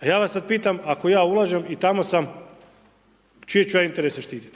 A ja vas sada pitam ako ja ulažem i tamo sam, čije ću ja interese štiti?